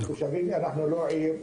אנחנו לא עיר,